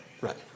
Right